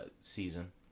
season